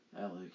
Alex